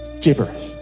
gibberish